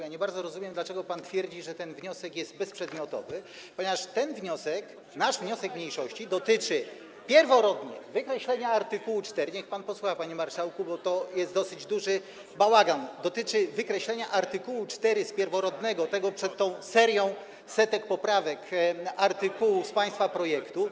Ja nie bardzo rozumiem, dlaczego pan twierdzi, że ten wniosek jest bezprzedmiotowy, ponieważ ten wniosek, nasz wniosek mniejszości, pierworodny, dotyczy wykreślenia art. 4 - niech pan posłucha, panie marszałku, bo tu jest dosyć duży bałagan - dotyczy wykreślenia art. 4 z pierworodnego, tego przed tą serią setek poprawek państwa projektu.